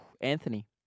Anthony